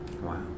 Wow